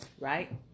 Right